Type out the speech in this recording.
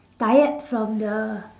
tired from the